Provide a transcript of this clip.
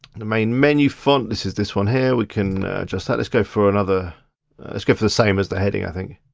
the main menu font, this is this one here. we can just, ah let's go for the let's go for the same as the heading, i think.